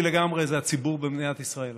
לגמרי זה הציבור במדינת ישראל.